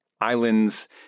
islands